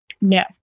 No